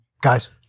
guys